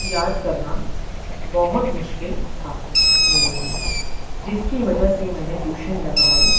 یاد کرنا بہت مشکل تھا میرے لیے جس کی وجہ سے میں نے ٹیوشن لگوائی